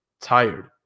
tired